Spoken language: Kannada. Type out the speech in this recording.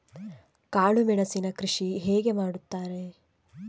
ಕಾಳು ಮೆಣಸಿನ ಕೃಷಿ ಹೇಗೆ ಮಾಡುತ್ತಾರೆ?